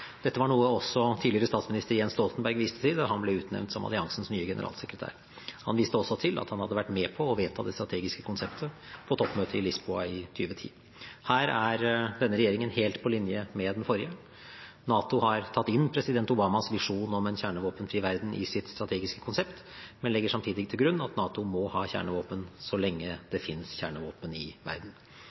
Dette var noe også tidligere statsminister Jens Stoltenberg viste til da han ble utnevnt til alliansens nye generalsekretær. Han viste også til at han hadde vært med på å vedta det strategiske konseptet på toppmøtet i Lisboa i 2010. Her er denne regjeringen helt på linje med den forrige. NATO har tatt inn president Obamas visjon om en kjernevåpenfri verden i sitt strategiske konsept, men legger samtidig til grunn at NATO må ha kjernevåpen, så lenge det finnes kjernevåpen i verden.